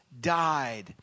died